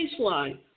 baseline